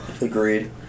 Agreed